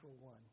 one